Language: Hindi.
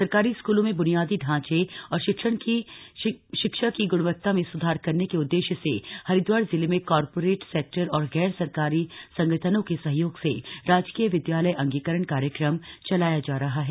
सरकारी स्कूलों में ब्नियादी ढ़ांचे और शिक्षण की गुणवता में सुधार करने के उद्देश्य से हरिद्वार जिले में कॉर्पोरेट सेक्टर और गैर सरकारी संगठनों के सहयोग से राजकीय विद्यालय अंगीकरण कार्यक्रम चलाया जा रहा है